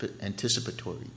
anticipatory